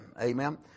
amen